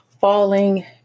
falling